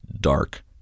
dark